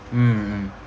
mmhmm